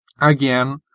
again